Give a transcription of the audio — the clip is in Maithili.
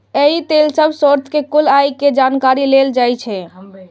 एहि लेल सब स्रोत सं कुल आय के जानकारी लेल जाइ छै